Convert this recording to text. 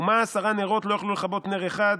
ומה עשרה נרות לא יוכלו לכבות נר אחד,